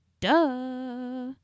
Duh